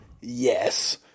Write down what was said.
Yes